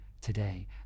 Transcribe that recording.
today